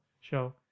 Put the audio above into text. show